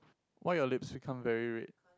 why your lips become very red